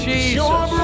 Jesus